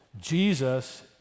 Jesus